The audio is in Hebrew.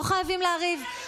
לא חייבים לריב.